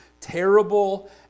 Terrible